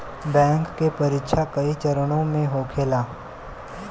bank के परीक्षा कई चरणों में होखेला